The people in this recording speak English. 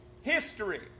history